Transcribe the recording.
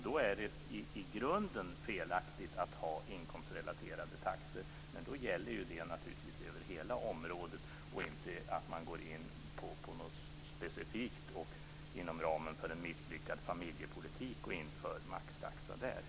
Då är det i grunden felaktigt att ha inkomstrelaterade taxor. Men det gäller naturligtvis över hela området. Man skall inte gå in för maxtaxa inom ramen för en misslyckad familjepolitik.